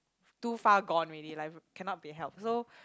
too far gone already like cannot be helped so